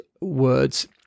words